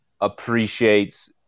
appreciates